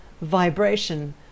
vibration